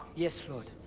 yes lord.